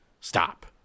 stop